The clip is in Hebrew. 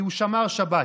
כי הוא שמר שבת.